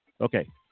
Okay